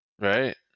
Right